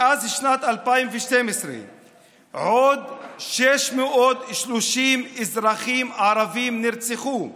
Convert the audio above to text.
מאז שנת 2012 עוד 630 אזרחים ערבים נרצחו.